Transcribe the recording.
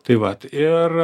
tai vat ir